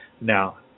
Now